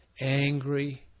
angry